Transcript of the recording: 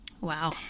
Wow